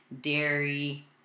dairy